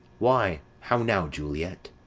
why, how now, juliet?